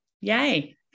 yay